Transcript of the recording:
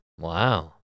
Wow